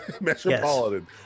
metropolitan